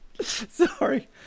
sorry